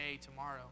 tomorrow